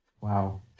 wow